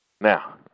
Now